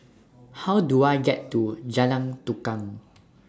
How Do I get to Jalan Tukang